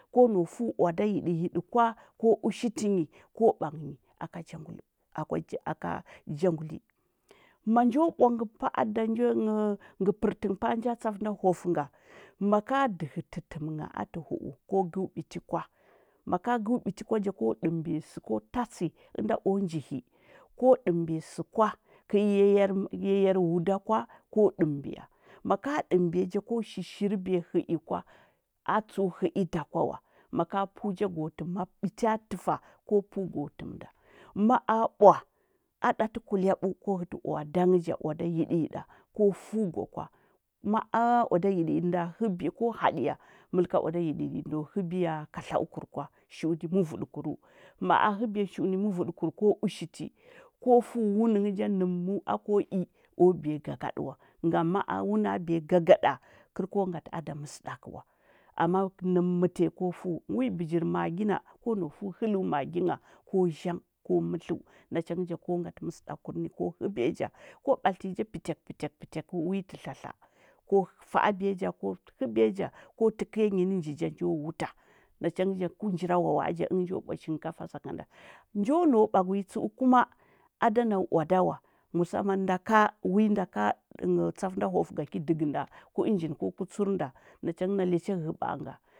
Ko nau fəu oada yidə yidə kwa, ko ushi tiny ko banghə nya aka janguli aka janguli manja bwa ngə pa’a da ngə pərtə pa’a nja tsafənɗa hwafə nga, maka dəhətə təm ngha, atə hu’u ko gəwu biti kwa, maka gəwu biti kwa ja ko ɗəmə ɓiya səko tatsi ənda, o nji hi ko dəməɓiya sə kwa, kii yayar wu da kwa ko dəməɓiya maka ɗəməbiya ja ko shishir biya həi kwa atsəu həi da kw awa mala peu ja go tvm ma ɓita təfa ko pəu go təm nda ma’a bwa, adati kulebə ko hətə oada yida yilda nda həbiya ko haduya məlk oada yidə yidə ndo həbiya katlau kur kwa, shilum murudə kuru ma’a həbiya shi’u ni muvvudəvur ko ushiti, ko pəu wunə nghə ga nəmu ako i o ɓiya gagadə wa, ngam ma wuna ɓiya gagaɗa kər ko ngati ada məsəda kə wa ama nəm tamyi ko fəu wi ɓiyir magi ngha ko zhang ko mətləu narchangə ja ko ngati məsədakə laurin, ko heɓiya ja ko batlətinyi ja pətek pətek pətek əu wi tə tla-tla ko fa’a ɓiya ja ko həɓiya ja, ko təkəya nyi ni nji ja nlo wuta nacha ngə ja ku njira wawa’a ja ənga njo bwa chinkafa sakanda nja nau bagunyi aaəu kuma acta na oada wa masanan ndaka win da ka tsafa nda hwafə nda ga ki dəgənda ku ənjin ka ku tsur nda nachangə na iya cha ghəbaa.